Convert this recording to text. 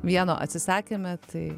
vieno atsisakėme tai